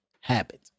habit